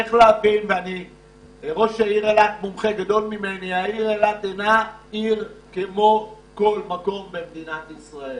צריך להבין שהעיר אילת אינה עיר כמו כל מקום במדינת ישראל.